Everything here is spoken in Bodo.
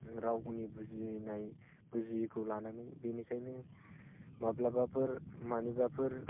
रावनि बुजिनाय बुजियैखौ लानानै बेनिखायनो माब्लाबाफोर मानिबाफोर